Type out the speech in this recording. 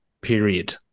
period